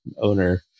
owner